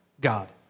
God